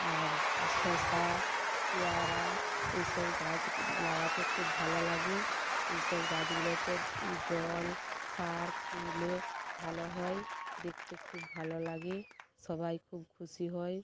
আর শসা পেয়ারা এসব গাছ লাগাতে খুব ভালো লাগে এসব গাছগুলোতে জল সার কুড়লে ভালো হয় দেখতে খুব ভালো লাগে সবাই খুব খুশি হয়